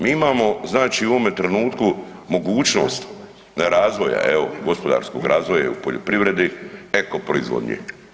Mi imamo znači u ovome trenutku mogućnost razvoja, evo gospodarskog razvoja i u poljoprivredi eko proizvodnje.